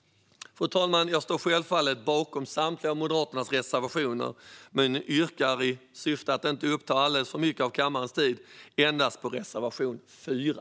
Fru talman! Jag står självfallet bakom samtliga av Moderaternas reservationer, men i syfte i att inte uppta alldeles för mycket av kammarens tid yrkar jag bifall till endast reservation 4.